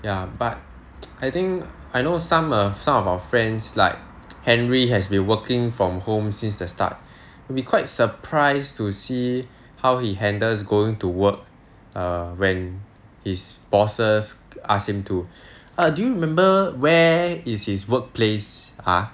ya but I think I know some err some of our friends like henry has been working from home since the start it will be quite surprised to see how he handles going to work err when his bosses asked him to err do you remember where is his workplace ah